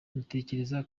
mutekereze